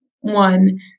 one